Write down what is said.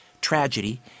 Tragedy